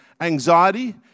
anxiety